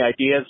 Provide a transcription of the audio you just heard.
ideas